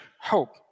hope